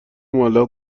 معلق